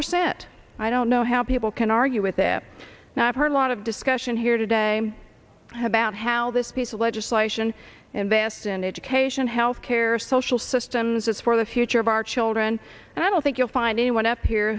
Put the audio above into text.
percent i don't know how people can argue with that and i've heard a lot of discussion here today about how this piece of legislation invest in education health care social systems is for the future of our children and i don't think you'll find anyone up here